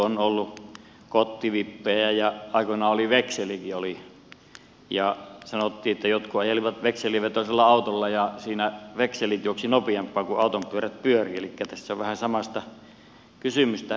on ollut kottivippejä ja aikoinaan oli vekselikin ja sanottiin että jotkut ajelivat vekselivetoisella autolla ja siinä vekselit juoksivat nopeampaan kuin autonpyörät pyörivät elikkä tässä on vähän samasta kysymyksestä kysymys